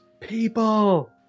people